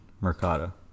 Mercado